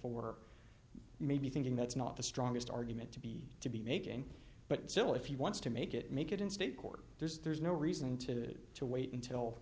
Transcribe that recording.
for maybe thinking that's not the strongest argument to be to be making but still if you want to make it make it in state court there's no reason to to wait until